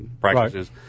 practices